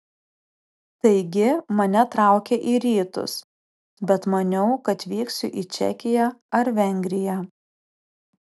taigi mane traukė į rytus bet maniau kad vyksiu į čekiją ar vengriją